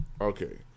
Okay